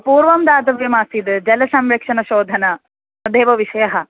पूर्वं दातव्यम् आसीत् जलसंरक्षणशोधनं तदेव विषयः